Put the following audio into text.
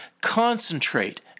Concentrate